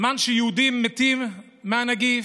זמן שיהודים מתים מהנגיף,